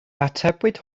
atebwyd